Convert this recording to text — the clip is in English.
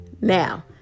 Now